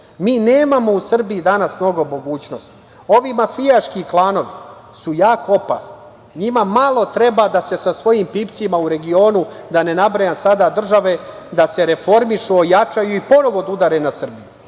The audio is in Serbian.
Mi nemamo danas u Srbiji mnogo mogućnosti. Ovi mafijaški klanovi su jako opasni, njima malo treba da se sa svojim pipcima u regionu, da ne nabrajam sada države, da se reformišu, ojačaju i ponovo da udare na Srbiju